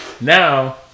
Now